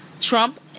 Trump